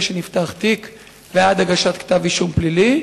שנפתח תיק ועד הגשת כתב-אישום פלילי,